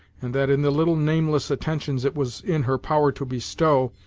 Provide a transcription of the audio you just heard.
and that in the little nameless attentions it was in her power to bestow,